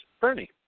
Bernie